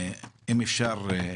אם אפשר,